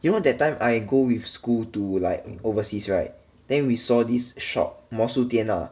you know that time I go with school to like overseas right then we saw this shop 魔术店 lah